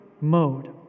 mode